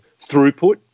throughput